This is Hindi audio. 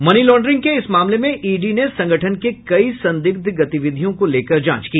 मनिलॉर्डिंग के इस मामले में ईडी ने संगठन के कई संदिग्ध गतिविधियों को लेकर जांच की